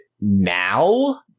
now